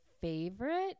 favorite